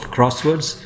Crosswords